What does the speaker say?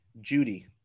Judy